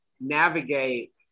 navigate